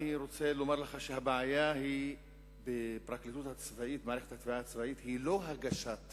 אני רוצה לומר לך שהבעיה במערכת התביעה הצבאית היא לא הגשת